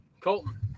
Colton